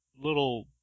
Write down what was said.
little